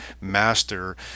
master